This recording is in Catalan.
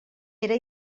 era